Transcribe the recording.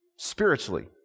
spiritually